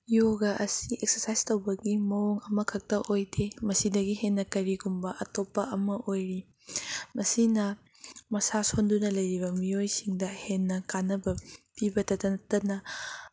ꯌꯣꯒ ꯑꯁꯤ ꯑꯦꯛꯁꯁꯥꯏꯁ ꯇꯧꯕꯒꯤ ꯃꯑꯣꯡ ꯑꯃꯈꯛꯇ ꯑꯣꯏꯗꯦ ꯃꯁꯤꯗꯒꯤ ꯍꯦꯟꯅ ꯀꯔꯤꯒꯨꯝꯕ ꯑꯇꯣꯞꯄ ꯑꯃ ꯑꯣꯏꯔꯤ ꯃꯁꯤꯅ ꯃꯁꯥ ꯁꯣꯟꯗꯨꯅ ꯂꯩꯔꯤꯕ ꯃꯤꯑꯣꯏꯁꯤꯡꯗ ꯍꯦꯟꯅ ꯀꯥꯟꯅꯕ ꯄꯤꯕꯗꯇ ꯅꯠꯇꯅ